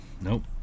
nope